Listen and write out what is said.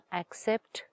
accept